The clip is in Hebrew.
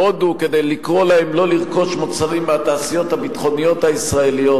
להודו כדי לקרוא להם לא לרכוש מוצרים מהתעשיות הביטחוניות הישראליות,